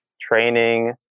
training